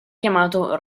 chiamato